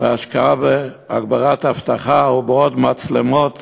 בהשקעה בהגברת האבטחה, או בעוד מצלמות